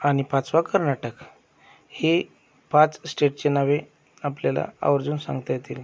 आणि पाचवा कर्नाटक हे पाच स्टेटची नावे आपल्याला आवर्जून सांगता येतील